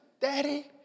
Daddy